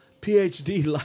PhD